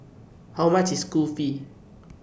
How much IS Kulfi